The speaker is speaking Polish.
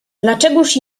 dlaczegóż